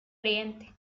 oriente